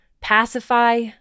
pacify